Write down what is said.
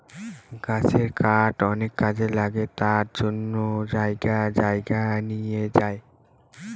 গাছের কাঠ অনেক কাজে লাগে তার জন্য জায়গায় জায়গায় নিয়ে যায়